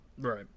Right